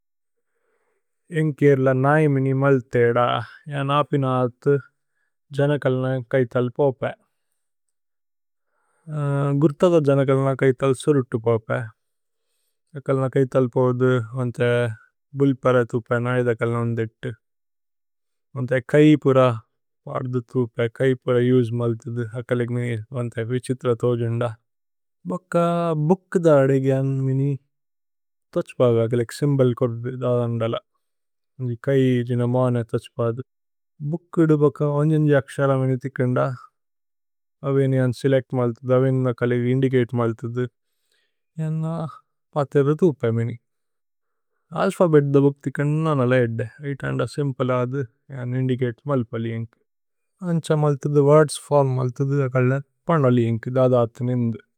ഏന്ക്ēര്ലേ നൈ മിനി മല് ത്ēദ, ഏന് അപിനത് ജനകല്ന। കൈതല് പ്ōപ്ē ഗുര്ത തോ ജനകല്ന। കൈതല് സുരുതു പ്ōപ്ē അകല്ന കൈതല് പ്ōദു വന്ത്ē। ബുല്പര തുപ്ē നൈ ദ കല്ന വന്ദേത്തു വന്ത്ē കൈ। പുര പര്ദു തുപ്ē കൈ പുര ജുസ് മല് തുധു അകല്। ഏഗ്നേ വന്ത്ē വിഛിത്ര തോജുന്ദ ഭുക്ക। ബുക്ത അദേഗേ ജന് മിനി തോച്പ വേഗലിക് സിമ്ബോല് കോര്വ്ദ। ദദന് ദല കൈ ജിന മനേ തോച്പ അദു ഭുക്കു ദു ബുക്ക। അക്സല മിനി തിക്കന്ദ അവേന് ജന സേലേക്ത് മല്തുദു। അവേന് ജന കലേഗ ഇന്ദിക്ēത് മല്തുദു ജന പതേര്ര। തുപ്ē മിനി അല്ഫബേത്ദ ബുക്ത തിക്കന്ദ നനല ഏദ്ദേ। ഐതന്ദ സിമ്പല അദു ജന ഇന്ദിക്ēത് മല്പലി ജേന്ഗ്। അന്ച മല്തുദു, വോര്ദ്സ് ഫോര്മ് മല്തുദു। ദകല്ന പന്ദലി ജേന്ഗ് അന്ച മല്തുദു।